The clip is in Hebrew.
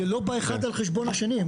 זה לא בא אחד על חשבון השני,